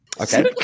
Okay